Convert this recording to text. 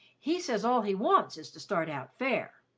he says all he wants is to start out fair.